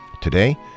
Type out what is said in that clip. Today